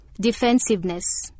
Defensiveness